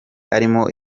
arimo